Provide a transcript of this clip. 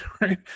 right